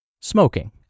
smoking